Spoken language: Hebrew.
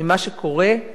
ממה שקורה.